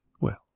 Well